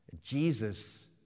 Jesus